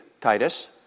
Titus